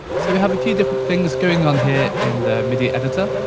so we have a few different things going on here in the midi editor,